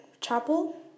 chapel